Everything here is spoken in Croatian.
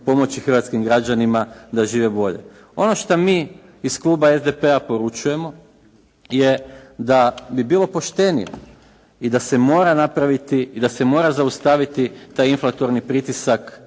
pomoći hrvatskim građanima da žive bolje. Ono što mi iz kluba SDP-a poručujemo je da bi bilo poštenije i da se mora napraviti i da se